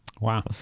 Wow